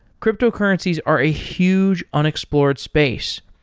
cryptocurrencies are a huge unexplored space.